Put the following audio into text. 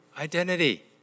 identity